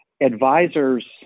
Advisors